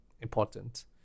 Important